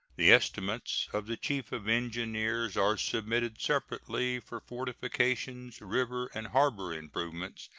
the estimates of the chief of engineers are submitted separately for fortifications, river and harbor improvements,